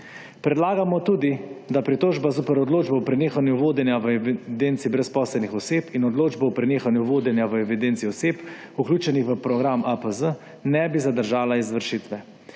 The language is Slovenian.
Predlagamo tudi, da pritožba zoper odločbo prenehanja vodenja v evidenci brezposelnih oseb in odločbo o prenehanju vodenja v evidenci oseb, vključenih v program APZ, ne bi zadržala izvršitve.